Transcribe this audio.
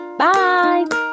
Bye